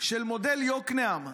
של מודל יקנעם,